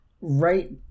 right